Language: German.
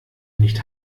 nicht